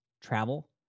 Travel